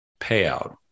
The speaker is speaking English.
payout